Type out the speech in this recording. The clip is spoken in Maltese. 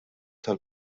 tal